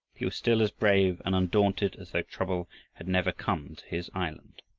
he was still as brave and undaunted as though trouble had never come to his island.